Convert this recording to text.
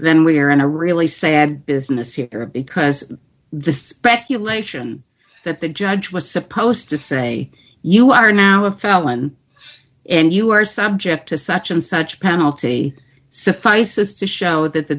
then we're in a really sad business here because the speculation that the judge was supposed to say you are now a felon and you are subject to such and such penalty suffices to show that the